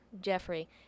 Jeffrey